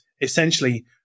essentially